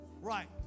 Right